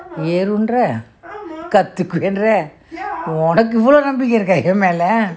ஏறும்ங்கர கத்துக்குவேங்கர உனக்கு அவ்ளோ நம்பிக்கையா என் மேல:eerumngra kathukuvengra unakku avlo nambikkaiyaa en mela